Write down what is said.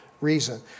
reason